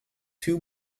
two